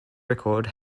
record